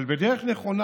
אבל בדרך נכונה.